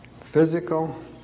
Physical